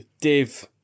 Dave